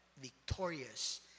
victorious